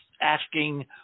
asking